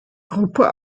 gruppe